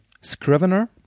Scrivener